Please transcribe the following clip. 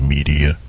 Media